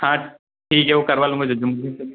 हाँ ठीक है वह करवा लूँगा जो